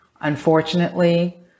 Unfortunately